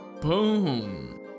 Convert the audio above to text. Boom